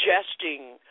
suggesting